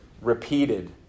repeated